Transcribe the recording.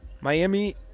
Miami